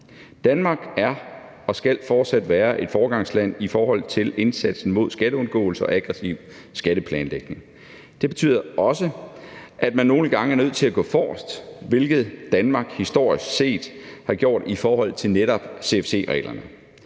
Danmark er og skal fortsat være et foregangsland i forhold til indsatsen mod skatteundgåelse og aggressiv skatteplanlægning. Det betyder også, at man nogle gange er nødt til at gå forrest, hvilket Danmark historisk set har gjort i forhold til netop CFC-reglerne.